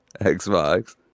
Xbox